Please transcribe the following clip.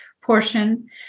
portion